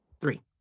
Three